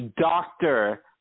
doctor